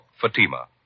Fatima